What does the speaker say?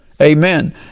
Amen